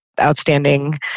outstanding